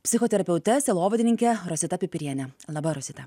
psichoterapeute sielovadininke rosita pipirienė laba rosita